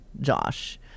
Josh